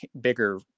bigger